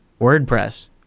WordPress